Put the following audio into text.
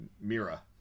Mira